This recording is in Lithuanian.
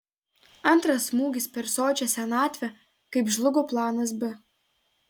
antras smūgis per sočią senatvę kaip žlugo planas b